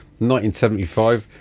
1975